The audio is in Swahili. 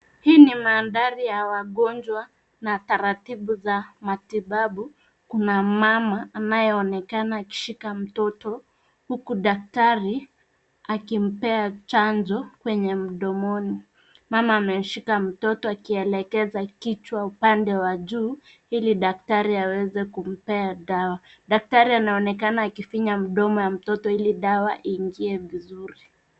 Hii ni mandhari ya wagonjwa na taratibu za matibabu. Kuna mama anayeonekana akishika mtoto huku daktari akimea chanjo kwenye mdomoni. Mama ameshika shika mtoto akimuelekeza kichwa upande wa juu ili daktari aweze kumpea dawa. Daktari anaonekana akifinya mdomo ya mtoto ili dawa iingie vizuri.